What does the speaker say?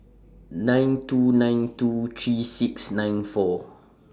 nine two nine two three six nine four